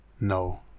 no